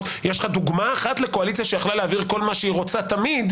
יש לך דוגמה אחת לקואליציה שיכלה להעביר כל מה שהיא רוצה תמיד,